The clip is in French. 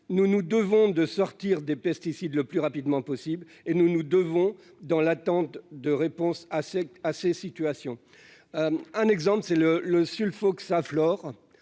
nous nous devons de sortir des pesticides, le plus rapidement possible et nous nous devons, dans l'attente de réponses à cette à ces situations. Un exemple, c'est le le sulfoxaflor